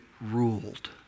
ruled